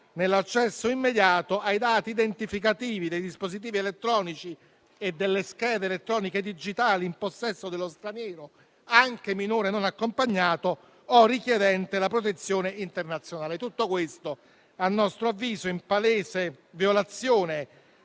nell'accesso immediato ai dati identificativi dei dispositivi elettronici e delle schede elettroniche digitali in possesso dello straniero, anche minore non accompagnato o richiedente la protezione internazionale. Tutto questo - a nostro avviso - è in palese violazione